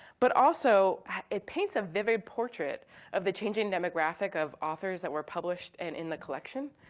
but also it paints a vivid portrait of the changing demographic of authors that were published and in the collection,